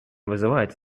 вызывает